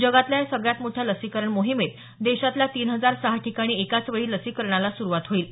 जगातल्या या सगळ्यात मोठ्या लसीकरण मोहिमेत देशातल्या तीन हजार सहा ठिकाणी एकाचवेळी लसीकरणाला सुरुवात होईल